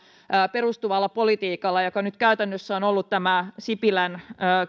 perustuvalla politiikalla joka nyt käytännössä on ollut sipilän